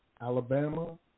Alabama